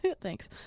Thanks